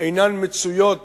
אינן מצויות